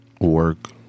work